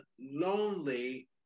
lonely